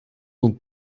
donc